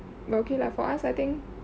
okay lah for us I think